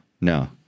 no